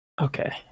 Okay